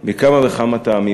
מכמה וכמה טעמים,